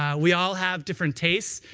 um we all have different tastes.